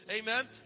Amen